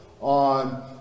on